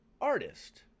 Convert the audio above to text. artist